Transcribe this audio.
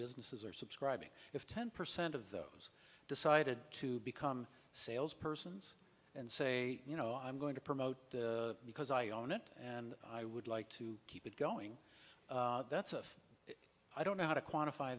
businesses are subscribing if ten percent of those decided to become sales persons and say you know i'm going to promote because i own it and i would like to keep it going that's a i don't know how to quantify